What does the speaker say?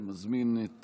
אני מזמין את